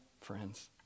friends